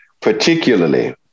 particularly